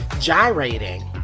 gyrating